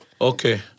Okay